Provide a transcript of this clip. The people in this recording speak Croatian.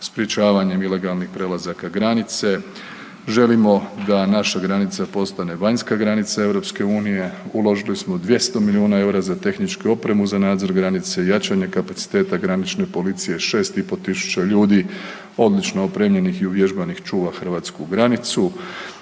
sprečavanjem ilegalnih prelazaka granice. Želimo da naša granica postane vanjska granica EU, uložili som 200 milijuna eura za tehničku opremu za nadzor granice, jačanje kapaciteta granične policije 6,5 tisuća ljudi odlično opremljenih i uvježbanih čuva hrvatsku granicu.